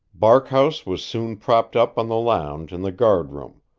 barkhouse was soon propped up on the lounge in the guard-room,